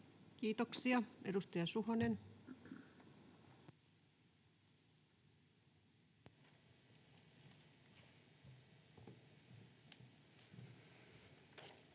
Kiitoksia. — Edustaja Suhonen.